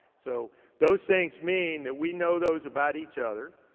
so those things mean that we know those about each other.